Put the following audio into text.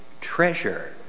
treasure